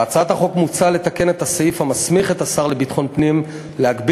בהצעת החוק מוצע לתקן את הסעיף המסמיך את השר לביטחון פנים להגביל